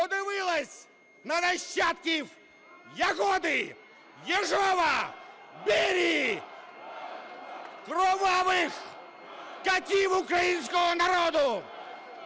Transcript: подивилась на нащадків Ягоди, Єжова, Берії – кровавих катів українського народу.